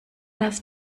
das